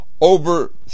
over